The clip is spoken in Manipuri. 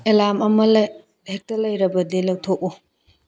ꯑꯦꯂꯥꯔꯝ ꯑꯃ ꯍꯦꯛꯇ ꯂꯩꯔꯕꯗꯤ ꯂꯧꯊꯣꯛꯎ